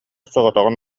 соҕотоҕун